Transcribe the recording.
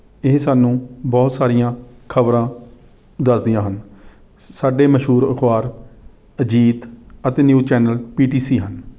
ਇਹ ਸਾਨੂੰ ਬਹੁਤ ਸਾਰੀਆਂ ਖਬਰਾਂ ਦੱਸਦੀਆਂ ਹਨ ਸਾਡੇ ਮਸ਼ਹੂਰ ਅਖਬਾਰ ਅਜੀਤ ਅਤੇ news channel P T C ਹਨ